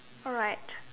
alright